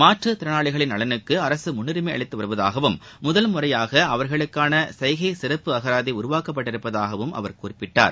மாற்றுத்திறனாளிகளின் நலனுக்கு அரசு முன்னுரிமை அளித்து வருவதாகவும் முதல்முறையாக அவர்களுக்கான சைகை சிறப்பு அசராதி உருவாக்கப்பட்டுள்ளதாகவும் அவர் கூறினார்